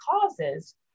causes